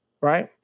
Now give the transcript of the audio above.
right